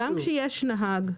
גם כשיש נהג,